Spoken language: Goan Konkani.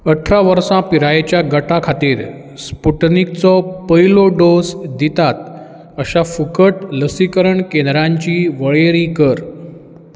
आठरा वर्सां पिरायेच्या गटा खातीर स्पुटनिकचो पयलो डोस दितात अश्या फुकट लसीकरण केंद्रांची वळेरी कर